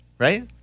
Right